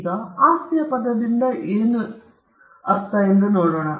ಈಗ ಆಸ್ತಿಯ ಪದದಿಂದ ನಾವು ಏನು ಹೇಳುತ್ತೇವೆ ಎಂದು ನೋಡೋಣ